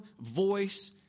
voice